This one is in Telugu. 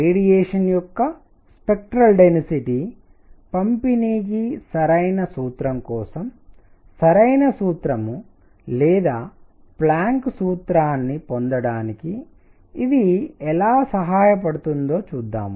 రేడియేషన్ యొక్క స్పెక్ట్రల్ డెన్సిటీ పంపిణీకి సరైన సూత్రం కోసం సరైన సూత్రం లేదా ప్లాంక్ సూత్రాన్ని పొందడానికి ఇది ఎలా సహాయపడుతుందో చూద్దాం